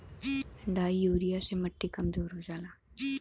di urea से मट्टी कमजोर हो जाला